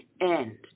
end